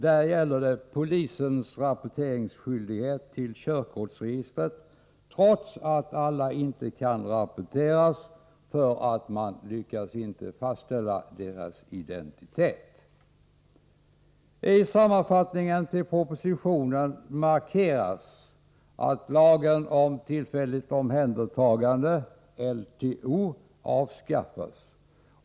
Där gäller det förhållandet att polisen är skyldig att rapportera de omhändertagna till körkortsregistret, trots att detta inte kan göras i samtliga fall. Man lyckas nämligen inte fastställa alla de gripnas identitet. I sammanfattningen till propositionen markeras att lagen om tillfälligt omhändertagande — LTO -— skall avskaffas.